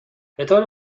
بطور